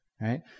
right